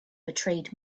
betrayed